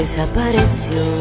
Desapareció